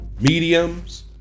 mediums